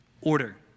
order